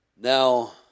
Now